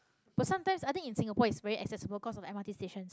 but sometimes i think in singapore it's very accessible 'cause of the m_r_t stations